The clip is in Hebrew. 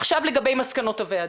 לגבי מסקנות הוועדה,